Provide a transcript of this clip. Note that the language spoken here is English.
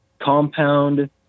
compound